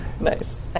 Nice